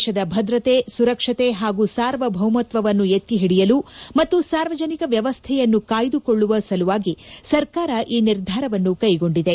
ದೇತದ ಭದ್ರತೆ ಸುರಕ್ಷತೆ ಹಾಗೂ ಸಾರ್ವಭೌಮತ್ವವನ್ನು ಎತ್ತಿಹಿಡಿಯಲು ಮತ್ತು ಸಾರ್ವಜನಿಕ ವ್ಯವಸ್ಥೆಯನ್ನು ಕಾಯ್ದುಕೊಳ್ಳುವ ಸಲುವಾಗಿ ಸರ್ಕಾರ ಈ ನಿರ್ಧಾರವನ್ನು ಕೈಗೊಂಡಿದೆ